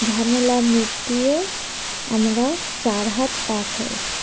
ঝামেলা মিটিয়ে আমরা চার হাত এক হয়েছি